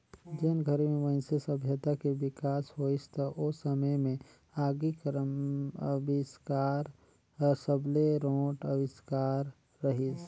जेन घरी में मइनसे सभ्यता के बिकास होइस त ओ समे में आगी कर अबिस्कार हर सबले रोंट अविस्कार रहीस